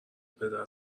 پدر